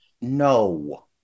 No